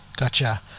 gotcha